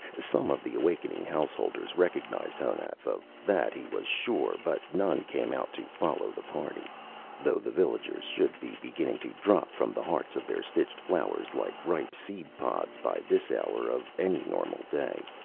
some of the awakening householders recognized honath, of that he was sure, but none came out to follow the party though the villagers should be beginning to drop from the hearts of their stitched flowers like ripe seed-pods by this hour of any normal day.